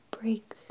break